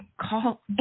call